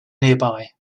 nearby